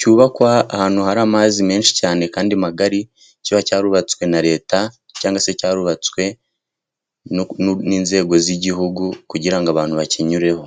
cyubakwa ahantu hari amazi menshi cyane kandi magari. Kiba cyarubatswe na leta, cyangwa se cyarubatswe n'inzego z'igihugu kugira ngo abantu bakinyureho.